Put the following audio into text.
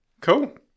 Cool